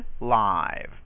live